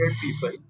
people